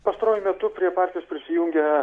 pastaruoju metu prie partijos prisijungė